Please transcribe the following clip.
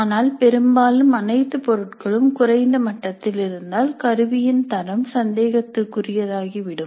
ஆனால் பெரும்பாலும் அனைத்து பொருட்களும் குறைந்த மட்டத்தில் இருந்தால் கருவியின் தரம் சந்தேகத்திற்குரியதாகிவிடும்